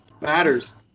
matters